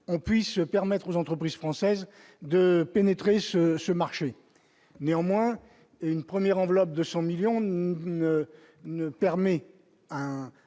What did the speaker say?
on puisse permettre aux entreprises françaises de pénétrer sur ce marché néanmoins une première enveloppe de 100 millions ne permet